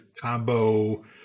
combo